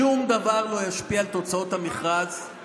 שום דבר לא ישפיע על תוצאות המכרז,